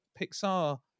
Pixar